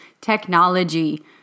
Technology